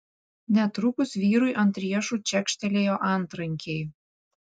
netrukus vyrui ant riešų čekštelėjo antrankiai